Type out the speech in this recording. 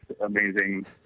amazing